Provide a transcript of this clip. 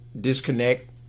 disconnect